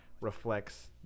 reflects